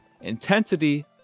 intensity